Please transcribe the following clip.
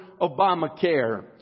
Obamacare